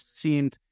seemed